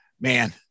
man